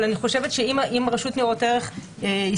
אבל אני חושבת שאם רשות ניירות ערך הסכימה